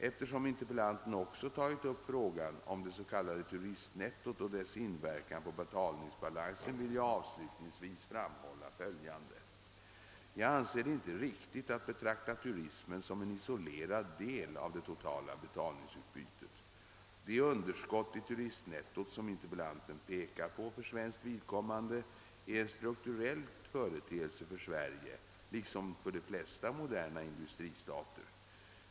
Eftersom interpellanten också tagit upp frågan om det s.k. turistnettot och dess inverkan på betalningsbalansen vill jag avslutningsvis framhålla följande. Jag anser det inte riktigt att betrakta turismen som en isolerad del av det totala betalningsutbytet. Det underskott i turistnettot som interpellanten pekar på för svenskt vidkommande är en strukturell företeelse för Sverige liksom för de flesta moderna industristater.